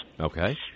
Okay